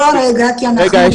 כי יש